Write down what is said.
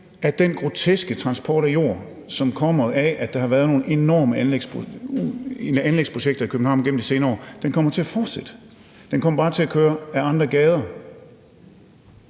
at den groteske transport af jord, som kommer af, at der har været nogle enorme anlægsprojekter i København gennem de senere år, kommer til at fortsætte. Den kommer bare til at køre ad andre gader.